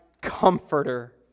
comforter